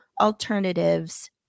Alternatives